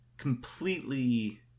Completely